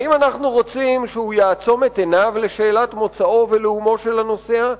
האם אנחנו רוצים שהוא יעצום את עיניו לשאלת מוצאו ולאומו של הנוסע,